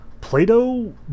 Plato